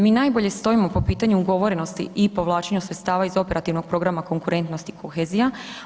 Mi najbolje stojimo po pitanju ugovorenosti i povlačenju sredstava iz operativnog programa konkurentnosti i kohezija.